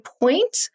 point